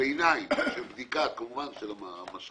ביניים של בדיקה, כמובן על פי